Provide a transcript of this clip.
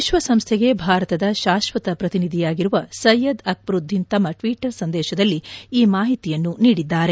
ವಿಶ್ವಸಂಸ್ಥೆಗೆ ಭಾರತದ ಶಾಶ್ವತ ಪ್ರತಿನಿಧಿಯಾಗಿರುವ ಸೈಯದ್ ಅಕ್ಬರುದ್ದೀನ್ ತಮ್ಮ ಟ್ವಿಟರ್ ಸಂದೇಶದಲ್ಲಿ ಈ ಮಾಹಿತಿಯನ್ನು ನೀಡಿದ್ದಾರೆ